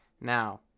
now